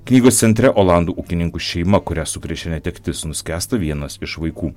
knygos centre olandų ūkininkų šeima kurią sukrečia netektis nuskęsta vienas iš vaikų